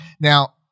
now